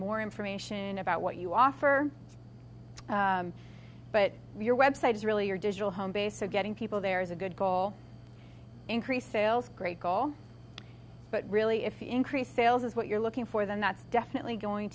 more information about what you offer but your web site is really your digital home base so getting people there is a good goal increased sales great call but really if you increase sales as what you're looking for then that's definitely going